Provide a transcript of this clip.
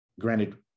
granted